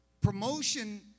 Promotion